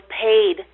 paid